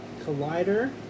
Collider